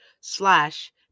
slash